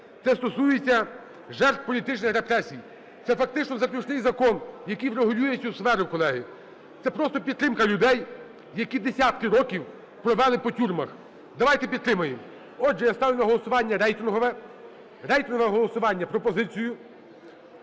Це стосується жертв політичних репресій. Це фактично заключний закон, який врегулює цю сферу, колеги. Це просто підтримка людей, які десятки років провели по тюрмах. Давайте підтримаємо. Отже, я ставлю на голосування рейтингове, рейтингове голосування, пропозицію,